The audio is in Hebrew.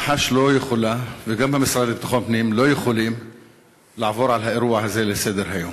מח"ש והמשרד לביטחון הפנים לא יכולים לעבור על האירוע הזה לסדר-היום.